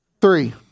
Three